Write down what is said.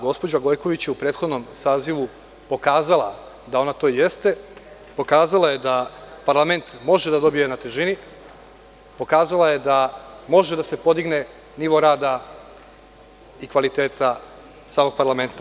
Gospođa Gojković je u prethodnom sazivu pokazala da ona to i jeste, pokazala je da parlament može da dobije na težini, pokazala je da može da se podigne nivo rada i kvaliteta samog parlamenta.